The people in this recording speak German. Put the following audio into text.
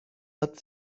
hat